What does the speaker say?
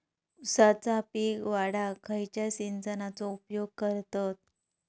ऊसाचा पीक वाढाक खयच्या सिंचनाचो उपयोग करतत?